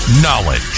knowledge